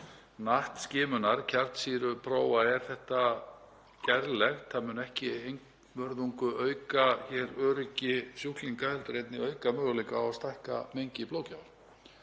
NAT-skimunar, kjarnsýruprófa, er þetta gerlegt. Það mun ekki einvörðungu auka öryggi sjúklinga heldur einnig auka möguleika á að stækka mengi blóðgjafa.